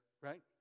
right